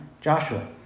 Joshua